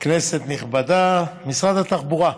כנסת נכבדה, משרד התחבורה,